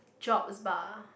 jobs bah